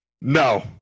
no